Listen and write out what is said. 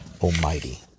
Almighty